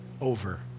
over